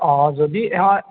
অঁ যদি হয়